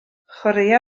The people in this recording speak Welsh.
chwaraea